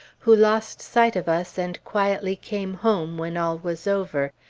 who lost sight of us and quietly came home when all was over,